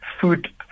food